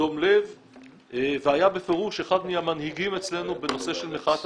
מדום לב והיה בפירוש אחד מהמנהיגים אצלנו בנושא של מחאת הסרדינים.